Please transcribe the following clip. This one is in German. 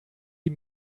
die